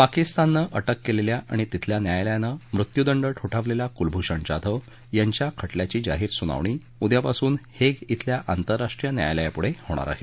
पाकिस्ताननं अटक केलेल्या आणि तिथल्या न्यायालयानं मृत्यूदंड ठोठावलेल्या कुलभूषण जाधव यांच्या खटल्याची जाहीर सुनावणी उदयापासून हेग ब्रिल्या आतंरराष्ट्रीय न्यायालयापुढं होणार आहे